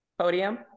Podium